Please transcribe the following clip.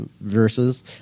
verses